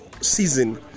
season